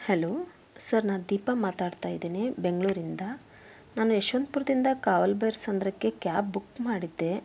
hello sir ನಾನು ದೀಪಾ ಮಾತಾಡ್ತಾ ಇದ್ದೀನಿ ಬೆಂಗಳೂರಿಂದ ನಾನು ಯಶವಂತಪುರದಿಂದ ಕಾವಲ್ಭೈರಸಂದ್ರಕ್ಕೆ ಕ್ಯಾಬ್ ಬುಕ್ ಮಾಡಿದ್ದೆ